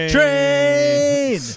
Train